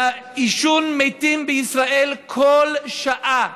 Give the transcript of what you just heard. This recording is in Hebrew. מהעישון מתים בישראל כל שעה,